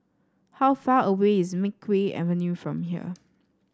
how far away is Makeway Avenue from here